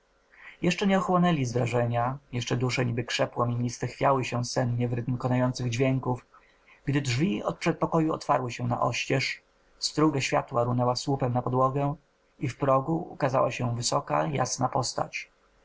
jeszcze nie ochłonęli z wrażenia jeszcze dusze niby krze płomieniste chwiały się sennie w rytm konających dźwięków gdy drzwi od przedpokoju otwarły się narozcież struga światła runęła słupem na podłogę i w progu ukazała się wysoka jasna postać